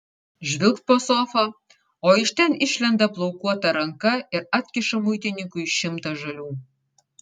žvilgt po sofa o iš ten išlenda plaukuota ranka ir atkiša muitininkui šimtą žalių